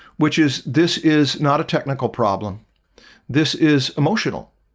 which is this is not a technical problem this is emotional.